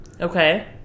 Okay